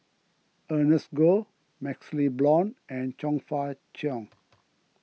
Ernest Goh MaxLe Blond and Chong Fah Cheong